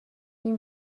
این